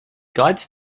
guides